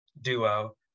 duo